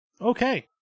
Okay